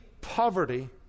poverty